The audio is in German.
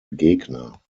gegner